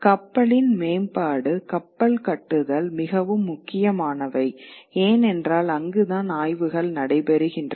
கப்பலின் மேம்பாடு கப்பல் கட்டுதல் மிகவும் முக்கியமானவை ஏனென்றால் அங்குதான் ஆய்வுகள் நடைபெறுகின்றன